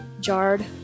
jarred